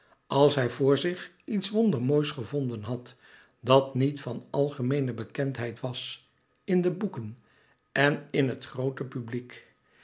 als hij voor zich iets wondermoois gevonden had dat niet van algemeene bekendheid was in de boeken en in het groote publiek